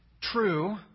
true